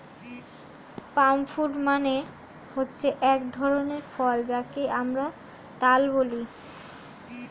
পাম fruit মানে হচ্ছে এক ধরনের ফল যাকে আমরা তাল বলি